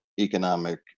economic